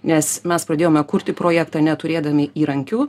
nes mes pradėjome kurti projektą neturėdami įrankių